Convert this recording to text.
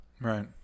Right